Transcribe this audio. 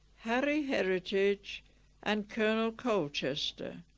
harry heritage and colonel colchester